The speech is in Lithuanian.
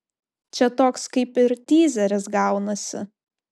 čia toks kaip ir tyzeris gaunasi